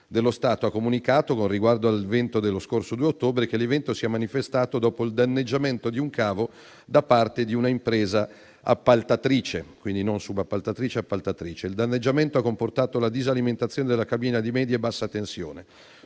dello Stato ha comunicato, con riguardo all'evento dello scorso 2 ottobre, che l'evento si è manifestato dopo il danneggiamento di un cavo da parte di un'impresa appaltatrice (quindi non subappaltatrice). Il danneggiamento ha comportato la disalimentazione della cabina di media e bassa tensione.